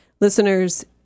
listeners